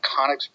Iconics